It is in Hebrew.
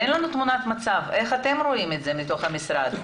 תן לנו תמונת מצב: איך אתם רואים את זה מתוך המשרד?